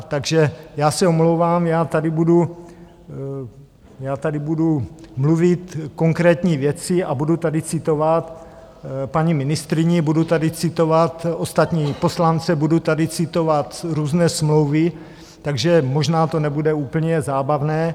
Takže já se omlouvám, budu tady mluvit konkrétní věci a budu tady citovat paní ministryni, budu tady citovat ostatní poslance, budu tady citovat různé smlouvy, takže možná to nebude úplně zábavné.